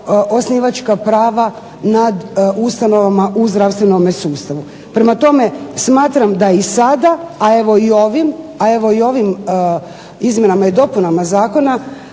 osnivačka prava nad ustanovama u zdravstvenome sustavu. Prema tome, smatram da i sada, a evo i ovim izmjenama i dopunama zakona